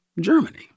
Germany